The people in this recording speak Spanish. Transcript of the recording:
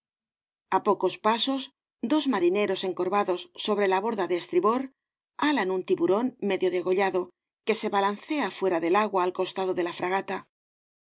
á pocos pasos dos marineros encorvados sobre la borda de estribor halan un tiburón medio degollado que se balancea fuera del agua al costado de la fragata